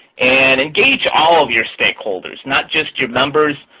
and engage all of your stakeholders-not just your members,